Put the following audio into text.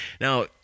Now